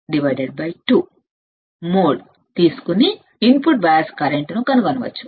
| Ib1 Ib2 | 2 తీసుకొని input bias current ను కనుగొనవచ్చు